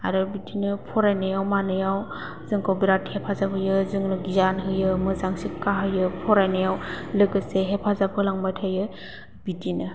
आरो बिदिनो फरायनायाव मानायाव जोंखौ बिराद हेफाजाब होयो जोंनो गियान होयो मोजां सिख्खा होयो फरायनायाव लोगोसे हेफाजाब होलांबाय थायो बिदिनो